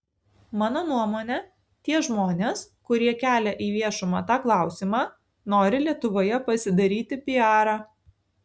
mano nuomone tie žmonės kurie kelia į viešumą tą klausimą nori lietuvoje pasidaryti piarą